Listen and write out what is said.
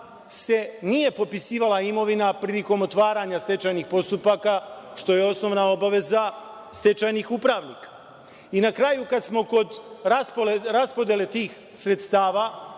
se nije popisivala imovina prilikom otvaranja stečajnih postupaka, što je osnovna obaveza stečajnih upravnika? Na kraju, kad smo kod raspodele tih sredstava